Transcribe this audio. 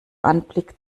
anblick